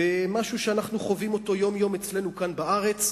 במשהו שאנחנו חווים אותו יום-יום כאן בארץ,